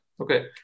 Okay